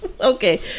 Okay